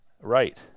Right